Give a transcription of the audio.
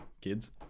kids